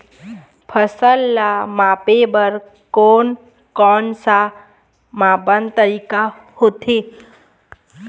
फसल ला मापे बार कोन कौन सा मापन तरीका होथे?